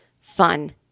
fun